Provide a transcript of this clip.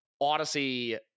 Odyssey